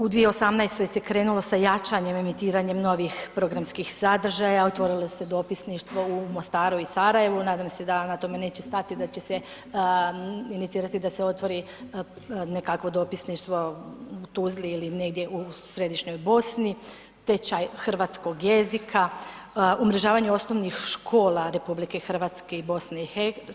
U 2018. se krenulo sa jačanjem i emitiranjem novih programskih sadržaja, otvorila su se dopisništva u Mostaru i Sarajevu, nadam se da na tome neće stati i da će se inicirati da se otvori nekakvo dopisništvo u Tuzli ili negdje u Središnjoj Bosni, tečaj hrvatskog jezika, umrežavanje osnovnih škola RH i BiH.